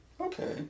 okay